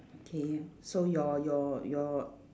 okay so your your your